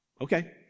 Okay